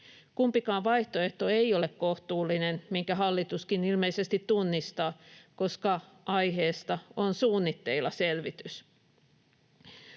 Kumpikaan vaihtoehto ei ole kohtuullinen, minkä hallituskin ilmeisesti tunnistaa, koska aiheesta on suunnitteilla selvitys.